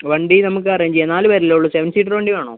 വണ്ടി നമുക്ക് അറേഞ്ച് ചെയ്യാം നാല് പേരല്ലേ ഉള്ളൂ സെവൻ സീറ്റർ വണ്ടി വേണോ